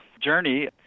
journey